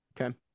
Okay